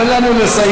תן לנו לסיים,